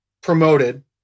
promoted